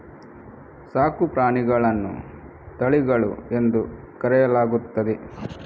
ಸಾಕು ಪ್ರಾಣಿಗಳನ್ನು ತಳಿಗಳು ಎಂದು ಕರೆಯಲಾಗುತ್ತದೆ